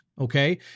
Okay